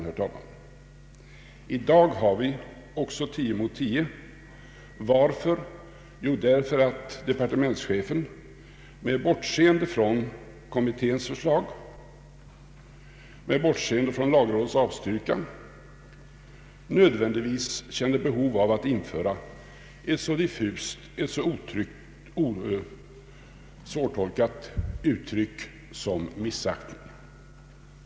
I dag har vi att ta ställning till en fråga där det också står 10 röster mot 10. Varför? Jo, därför att departementschefen med bortseende från kommitténs förslag och med bortseende från lagrådets avstyrkan känner behov av att införa ett så diffust och svårtolkat uttryck som ”missaktning”.